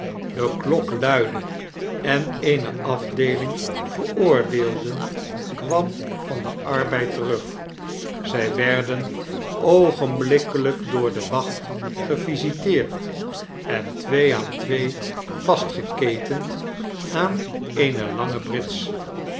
de klok luidde en eene afdeeling veroordeelden kwam van den arbeid terug zjj werden oogenblikkelgk door de wacht gevisiteerd en twee aan twee vastgeketend aan eene lange brits